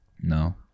No